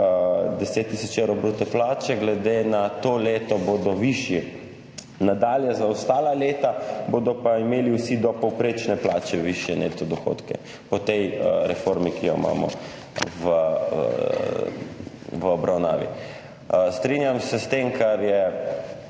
10 tisoč evrov bruto plače glede na to leto bodo višji, nadalje za ostala leta bodo pa imeli vsi do povprečne plače višje neto dohodke po tej reformi, ki jo imamo v obravnavi. Strinjam se s tem, kar je